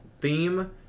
theme